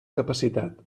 capacitat